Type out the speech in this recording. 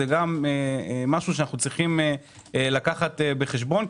זה משהו שאנחנו צריכים לקחת בחשבון.